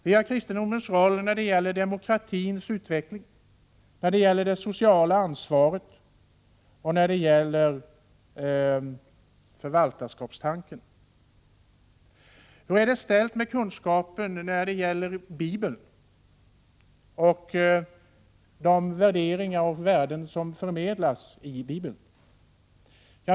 Vi har kristendomens roll när det gäller demokratins utveckling, när det gäller det sociala ansvaret och när det gäller förvaltarskapstanken. Hur är det ställt med kunskapen om Bibeln och de värderingar och värden som förmedlas i Bibeln?